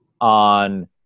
on